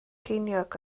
ceiniog